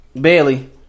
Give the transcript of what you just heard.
Bailey